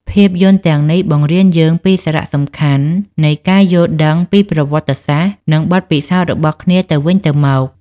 ភាពយន្តទាំងនេះបង្រៀនយើងពីសារៈសំខាន់នៃការយល់ដឹងពីប្រវត្តិសាស្រ្ត និងបទពិសោធន៍របស់គ្នាទៅវិញទៅមក។